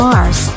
Mars